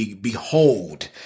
Behold